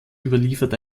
überliefert